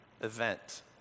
event